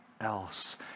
else